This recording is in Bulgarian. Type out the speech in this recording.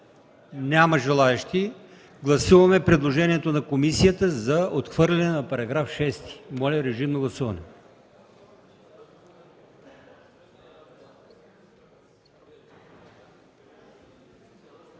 Няма желаещи. Гласуваме предложението на комисията за отхвърляне на § 6. Моля, режим на гласуване.